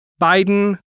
Biden